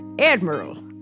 Admiral